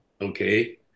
Okay